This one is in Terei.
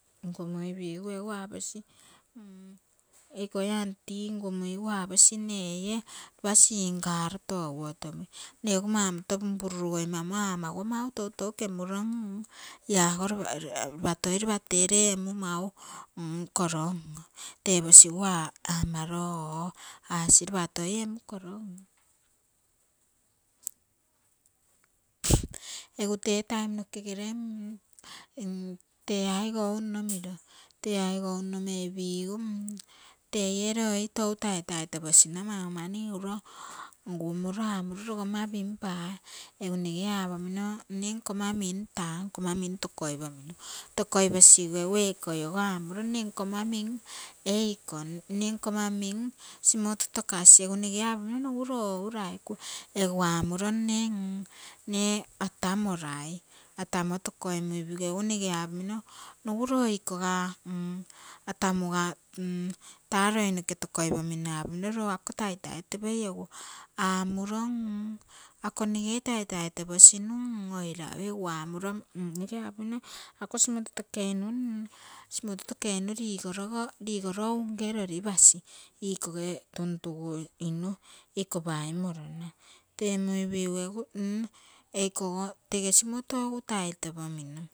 Ngu muipigu egu aposi, eikoi aunty ngumuipugu aposi mne eie lopa singaro toguo to mui mne egu mau monto pumpururugoimamo aamaguo mau toutou kemurom, ia ogo lopa tee muu toi kolom oo teposigu amaro oo asii lopa tee emu toi kolom oo egu tee taim nokegene tee aigou nno miro. tee aigou nno meipisu teie loi tou taitai toposina mau mani uro ngu muro amuro logomma mim paa egu nege apomino mne nkomma mim taa nkomma mim tokoipomino, tokoiposigu egu eikoi ogo amuro mne nkomma mim eiko. mne nkomma mim simoto tokasi, egu nge apomino noga lo ouraiku egu amuro mne atamorai. atamo tokoimuipisu egu nge apomino nogu loi koga atamoga taa loi noke tokoipomino apomino lo ako taitai topei egu amuro ako nge taitai toposinu airaui, egu amuro, nge apomino ako simoto, simoto tokoinu ligologe unge tolipasi, ikoge tuntuguinu iko paimorona temuipisu egu eikogo tege simoto egu taitopomino.